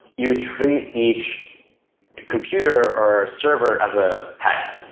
you would treat each computer or server as a pet.